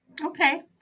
Okay